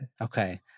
Okay